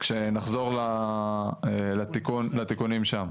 כשנחזור לתיקונים שם.